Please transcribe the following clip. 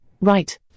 Right